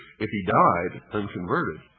if he died unconverted,